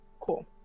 cool